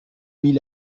mit